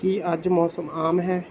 ਕੀ ਅੱਜ ਮੌਸਮ ਆਮ ਹੈ